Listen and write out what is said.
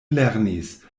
lernis